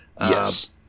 Yes